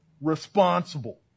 responsible